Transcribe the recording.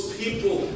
people